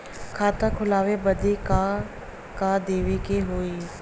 खाता खोलावे बदी का का देवे के होइ?